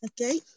Okay